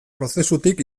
prozesutik